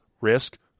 risk